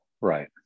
Right